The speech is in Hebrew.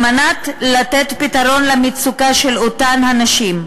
כדי לתת פתרון למצוקה של אותן הנשים,